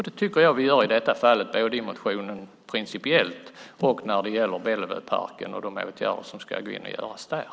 Det tycker jag att vi gör i det här fallet, både i principiellt och när det gäller Bellevueparken och de åtgärder som ska sättas in där.